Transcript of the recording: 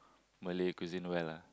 Malay cuisine well ah